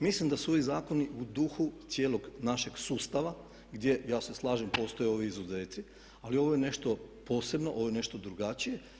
Mislim da su ovi zakoni u duhu cijelog našeg sustava gdje ja se slažem postoje ovi izuzeci, ali ovo je nešto posebno, ovo je nešto drugačije.